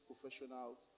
Professionals